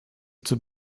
zur